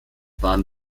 baden